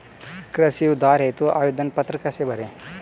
कृषि उधार हेतु आवेदन पत्र कैसे भरें?